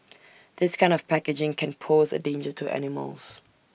this kind of packaging can pose A danger to animals